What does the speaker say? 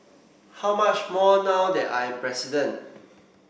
how much more now that I am president